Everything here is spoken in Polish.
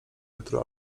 jutro